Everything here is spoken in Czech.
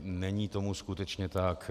Není tomu skutečně tak.